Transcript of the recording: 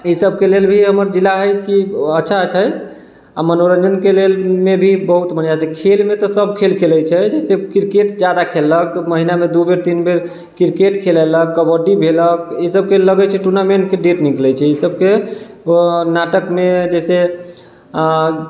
ई सबके लेल हमर जिला हइ कि अच्छा छै आओर मनोरञ्जनके लेल भी बहुत मजा छै खेलमे तऽ सब खेल खेलै छै जइसे किरकेट ज्यादा खेललक महिनामे दू बेर तीन बेर किरकेट खेलेलक कबड्डी भेलक ई सबके लगै छै टूर्नामेन्टके डेट निकलै छै ई सबके नाटकमे जइसे